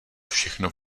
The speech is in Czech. všechno